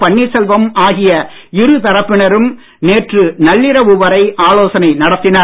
பன்னீர்செல்வம் ஆகிய இரு தரப்பினரும் நேற்று நள்ளிரவு வரை ஆலாசனை நடத்தினர்